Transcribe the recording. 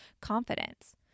confidence